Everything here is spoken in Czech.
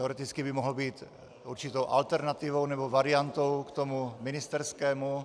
Teoreticky by mohl být určitou alternativou nebo variantou k tomu ministerskému.